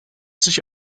sich